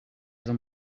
them